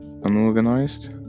unorganized